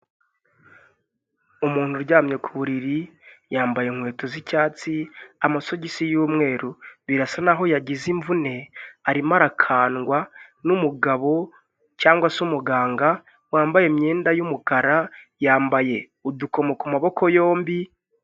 Umuntu uryamye ku buriri yambaye inkweto z'icyatsi, amasogisi y'umweru, birasa naho yagize imvune arimo arakandwa n'umugabo cyangwa se umuganga wambaye imyenda y'umukara, yambaye udukomo ku maboko yombi.